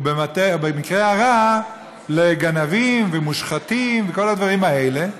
ובמקרה הרע, לגנבים ומושחתים, וכל הדברים האלה.